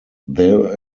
there